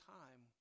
time